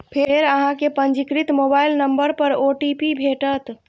फेर अहां कें पंजीकृत मोबाइल नंबर पर ओ.टी.पी भेटत